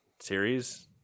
series